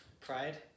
Pride